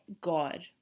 God